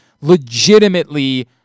legitimately